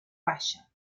baixa